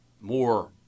more